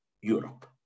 Europe